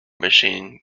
machine